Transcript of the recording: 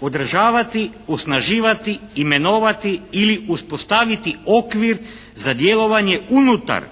održavati, osnaživati, imenovati ili uspostaviti okvir za djelovanje unutar